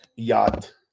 Yacht